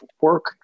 work